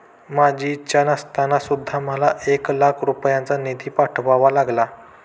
माझी इच्छा नसताना सुद्धा मला एक लाख रुपयांचा निधी पाठवावा लागला